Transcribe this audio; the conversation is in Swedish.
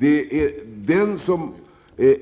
Den brottsligheten